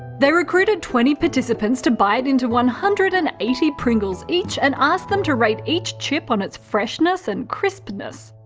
they recruited twenty participants to bite into one hundred and eighty pringles each and asked them to rate each chip on its freshness and crispness.